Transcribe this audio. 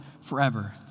forever